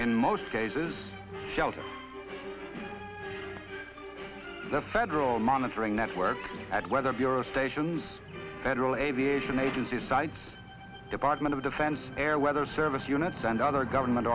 in most cases the federal monitoring network at weather bureau stations federal aviation agency cites department of defense air weather service units and other government